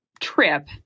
trip